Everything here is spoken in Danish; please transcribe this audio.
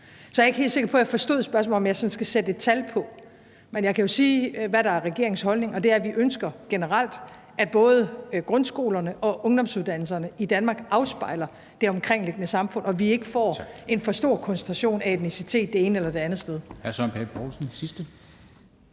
Så er jeg ikke helt sikker på, at jeg forstod spørgsmålet, altså om jeg sådan skal sætte et tal på, men jeg kan jo sige, hvad der er regeringens holdning, og det er, at vi ønsker generelt, at både grundskolerne og ungdomsuddannelserne i Danmark afspejler det omkringliggende samfund, og at vi ikke får en for stor koncentration af etniske grupper det ene eller det andet sted.